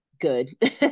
good